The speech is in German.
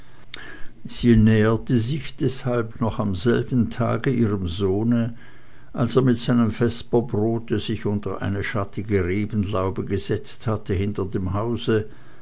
sie näherte sich deshalb noch am selben tage ihrem sohne als er mit seinem vesperbrote sich unter eine schattige rebenlaube gesetzt hatte hinter dem hause